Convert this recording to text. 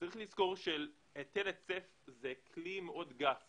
זה שהיטל היצף זה כלי מאוד גס